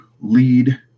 lead